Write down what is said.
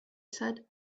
said